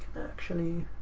actually,